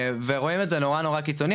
ורואים את זה נורא נורא קיצוני,